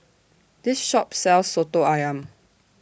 This Shop sells Soto Ayam